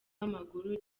w’amaguru